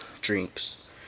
drinks